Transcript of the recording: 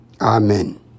Amen